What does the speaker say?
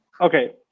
Okay